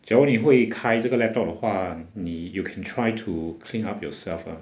只要你会开这个 laptop 的话你 you can try to clean up yourself lah